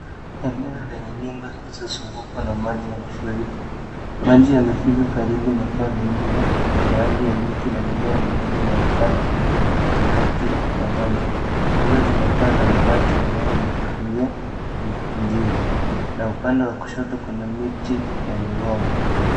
Eneo zenye nyumba zilizofunikwa na mafuriko karibu na paa la nyumba miti na mimea midogo inaonekanakatikati ya maji kwenye majinyumba zenye paa za rangi kahawia na kijivu na upande wa kushoto kuna miti na migomba.